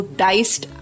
diced